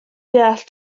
deall